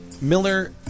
Miller